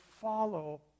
follow